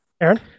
Aaron